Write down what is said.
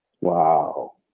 Wow